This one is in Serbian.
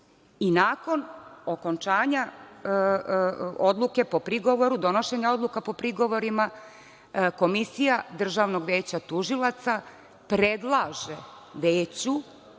i nakon okončanja odluke po prigovoru, donošenja odluka po prigovorima, Komisija Državnog veća tužilaca predlaže veću